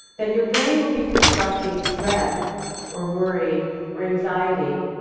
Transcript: then your brain will be constructing dread or worry or anxiety,